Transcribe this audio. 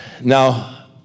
Now